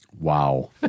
Wow